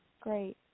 great